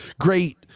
great